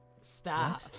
Stop